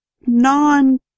non